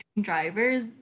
drivers